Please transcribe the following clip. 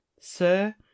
Sir